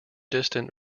distant